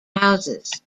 houses